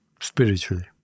spiritually